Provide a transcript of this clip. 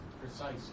precise